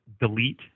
delete